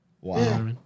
Wow